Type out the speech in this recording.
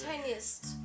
tiniest